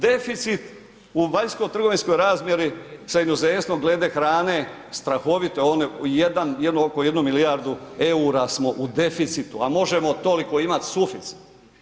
Deficit u vanjsko-trgovinskoj razmjeri sa inozemstvom glede hrane strahovito, oko 1 milijardu eura smo u deficitu a možemo toliko imati suficit.